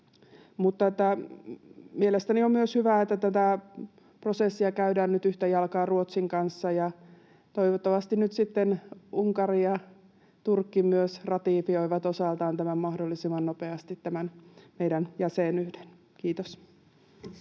Mielestäni on myös hyvä, että tätä prosessia käydään nyt yhtä jalkaa Ruotsin kanssa. Toivottavasti nyt sitten myös Unkari ja Turkki ratifioivat osaltaan mahdollisimman nopeasti tämän meidän jäsenyyden. — Kiitos.